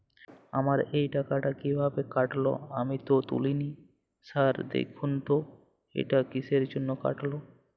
আমার এই টাকাটা কীভাবে কাটল আমি তো তুলিনি স্যার দেখুন তো এটা কিসের জন্য কাটল?